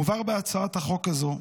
מובהר בהצעת החוק הזאת,